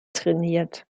trainiert